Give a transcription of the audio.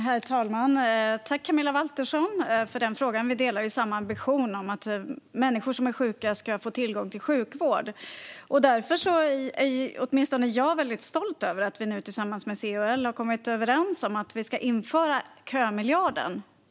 Herr talman! Tack, Camilla Waltersson Grönvall, för den frågan! Vi delar ambitionen att människor som är sjuka ska få tillgång till sjukvård. Därför är åtminstone jag stolt över att vi nu tillsammans med C och L har kommit överens om att införa kömiljarden.